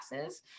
classes